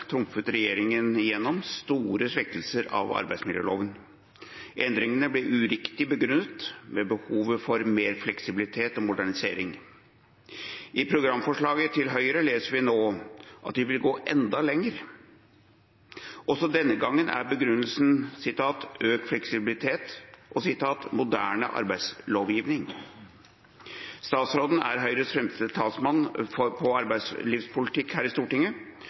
trumfet regjeringen igjennom store svekkelser av arbeidsmiljøloven. Endringene ble uriktig begrunnet med behovet for mer fleksibilitet og modernisering. I programforslaget til Høyre leser vi nå at de vil gå enda lenger. Også denne gangen er begrunnelsen «økt fleksibilitet» og «moderne arbeidsmiljølovgivning». Statsråden er Høyres fremste talsperson på arbeidslivspolitikk.